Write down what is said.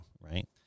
right